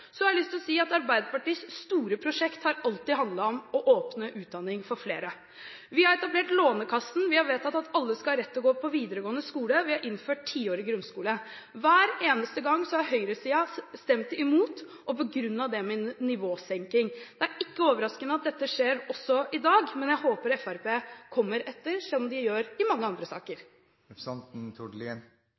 Så har jeg lyst til å si at Arbeiderpartiets store prosjekt alltid har handlet om å åpne utdanning for flere. Vi har etablert Lånekassen, vi har vedtatt at alle skal ha rett til å gå på videregående skole, vi har innført tiårig grunnskole. Hver eneste gang har høyresiden stemt imot og begrunnet det med nivåsenking. Det er ikke overraskende at dette skjer også i dag, men jeg håper Fremskrittspartiet kommer etter – som de gjør i mange andre saker. Jeg kan garantere både representanten